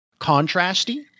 contrasty